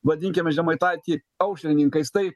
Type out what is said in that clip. vadinkime žemaitaitį aušrininkais tai